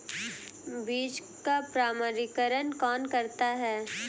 बीज का प्रमाणीकरण कौन करता है?